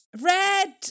Red